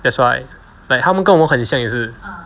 that's why like 他们跟我们很像也是